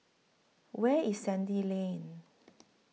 Where IS Sandy Lane